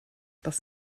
das